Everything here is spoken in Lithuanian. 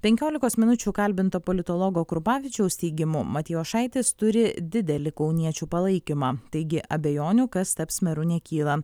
penkiolikos minučių kalbinto politologo krupavičiaus teigimu matijošaitis turi didelį kauniečių palaikymą taigi abejonių kas taps meru nekyla